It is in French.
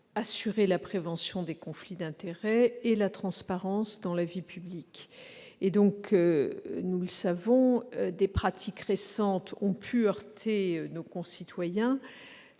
d'intégrité, prévenir les conflits d'intérêts et assurer la transparence dans la vie publique. Comme nous le savons, des pratiques récentes ont pu heurter nos concitoyens,